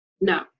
no